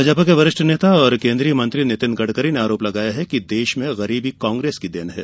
भाजपा के वरिष्ठ नेता और केंद्रीय मंत्री नितिन गडकरी ने आरोप लगाया कि देश में गरीबी कांग्रेस की देन है